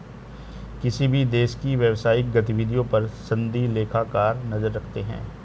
किसी भी देश की व्यवसायिक गतिविधियों पर सनदी लेखाकार नजर रखते हैं